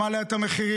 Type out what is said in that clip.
שמעלה את המחירים,